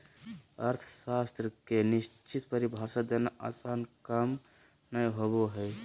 अर्थशास्त्र के निश्चित परिभाषा देना आसन काम नय होबो हइ